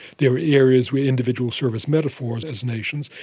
there are areas where individuals serve as metaphors as nations.